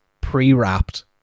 pre-wrapped